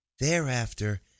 thereafter